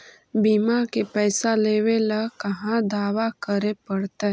बिमा के पैसा लेबे ल कहा दावा करे पड़तै?